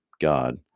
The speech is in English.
God